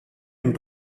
and